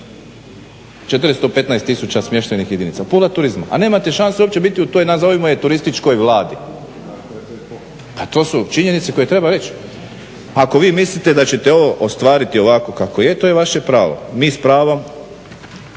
415 000 smještajnih jedinica, pola turizma. A nemate šansu uopće biti u toj, nazovimo je, turističkoj vladi. Pa to su činjenice koje treba reći. Ako vi mislite da ćete ovo ostvariti ovako kako je, to je vaše pravo, mi s pravom,